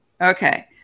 okay